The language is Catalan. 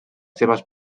seves